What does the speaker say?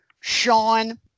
Sean